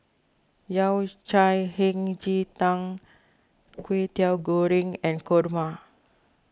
Yao Cai Hei Ji Tang Kway Teow Goreng and Kurma